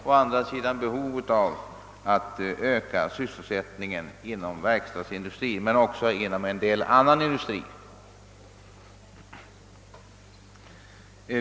Det förelåg som sagt också behov av att öka sysselsättningen både inom verkstadsindustrin och i annan industri.